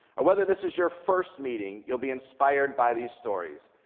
or whether this is your first meeting, you'll be inspired by these stories.